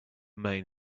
main